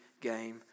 game